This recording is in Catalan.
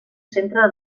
centre